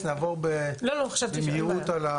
נוכל להתייחס נעבור במהירות על ה-